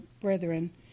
brethren